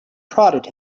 prodded